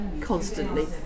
constantly